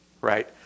right